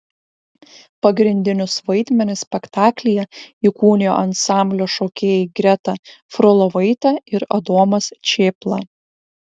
pagrindinius vaidmenis spektaklyje įkūnijo ansamblio šokėjai greta frolovaitė ir adomas čėpla